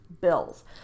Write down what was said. bills